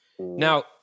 Now